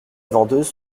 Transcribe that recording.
vendeuse